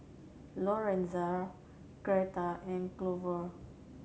Lorenzo Gertha and Glover